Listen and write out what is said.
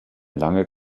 lange